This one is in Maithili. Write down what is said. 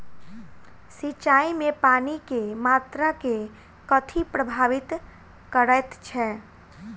सिंचाई मे पानि केँ मात्रा केँ कथी प्रभावित करैत छै?